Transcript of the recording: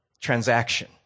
transaction